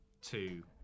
two